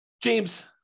James